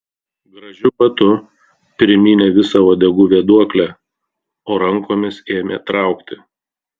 gražiu batu primynė visą uodegų vėduoklę o rankomis ėmė traukti